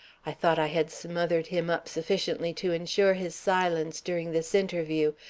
i thought i had smothered him up sufficiently to insure his silence during this interview.